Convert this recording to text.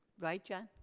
right john?